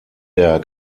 der